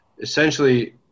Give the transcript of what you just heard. essentially